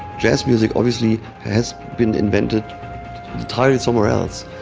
jazz music obviously has been invented entirely somewhere else.